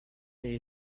pay